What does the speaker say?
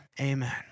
Amen